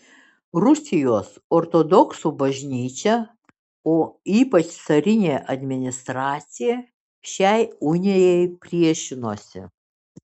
rusijos ortodoksų bažnyčia o ypač carinė administracija šiai unijai priešinosi